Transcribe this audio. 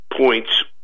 points